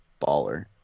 baller